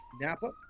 Napa